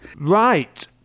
Right